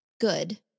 Good